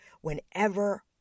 whenever